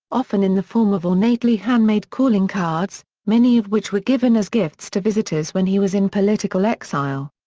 often in the form of ornately handmade calling cards, many of which were given as gifts to visitors when he was in political exile.